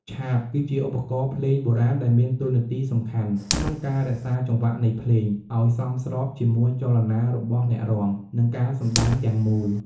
ឆាប គឺជាឧបករណ៍ភ្លេងបុរាណដែលមានតួនាទីសំខាន់ក្នុងការរក្សាចង្វាក់នៃភ្លេង អោយសមស្របជាមួយចលនារបស់អ្នករាំ និងការសម្តែងទាំងមូល។